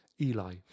Eli